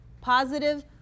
Positive